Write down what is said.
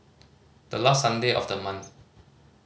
the last Sunday of the month